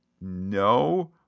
no